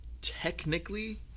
Technically